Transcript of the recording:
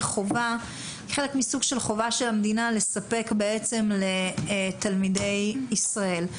חובה חלק מסוג של חובה של המדינה לספק בעצם לתלמידי ישראל.